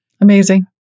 Amazing